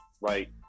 right